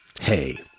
Hey